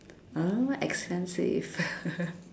uh expensive